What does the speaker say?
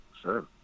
sure